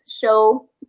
show